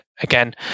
Again